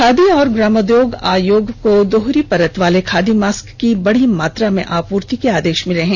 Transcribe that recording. खादी और ग्रामोद्योग आयोग को दोहरी परत वाले खादी मास्क की बडी मात्रा में आपूर्ति के आदेश मिले हैं